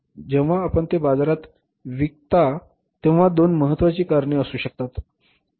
जेव्हा आपण ते बाजारात विकता तेव्हा दोन महत्वाची कारणे असू शकतात